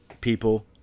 people